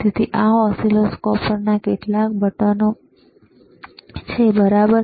તેથી આ ઓસિલોસ્કોપ પરના કેટલાક બટનો છે બરાબર